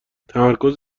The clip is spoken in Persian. تمرکز